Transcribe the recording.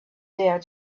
there